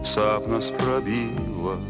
sapnas prabyla